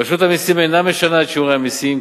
רשות המסים אינה משנה את שיעורי המסים,